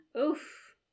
Oof